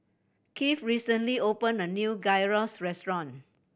Keith recently opened a new Gyros Restaurant